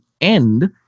end